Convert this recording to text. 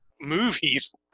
movies